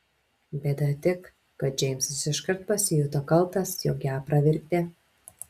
bėda tik kad džeimsas iškart pasijuto kaltas jog ją pravirkdė